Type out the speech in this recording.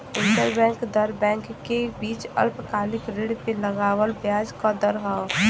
interbank दर bank के बीच अल्पकालिक ऋण पे लगावल ब्याज क दर हौ